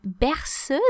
berceuse